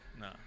No